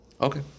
Okay